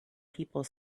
people